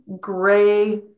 gray